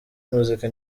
muzika